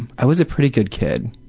i was a pretty good kid,